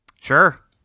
Sure